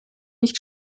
nicht